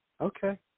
Okay